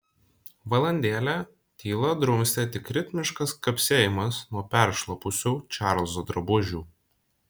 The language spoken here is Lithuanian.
valandėlę tylą drumstė tik ritmiškas kapsėjimas nuo peršlapusių čarlzo drabužių